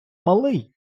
малий